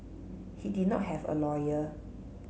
he did not have a lawyer